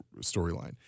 storyline